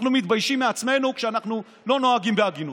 אנחנו מתביישים מעצמנו כשאנחנו לא נוהגים בהגינות.